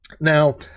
Now